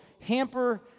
hamper